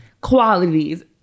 qualities